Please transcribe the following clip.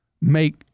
make